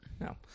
No